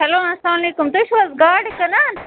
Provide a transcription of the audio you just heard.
hello اَلسلام علیکُم تُہۍ چھُو حظ گاڈٕ کٕنان